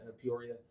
Peoria